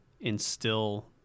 instill